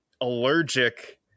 allergic